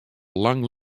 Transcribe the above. lang